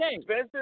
Spencer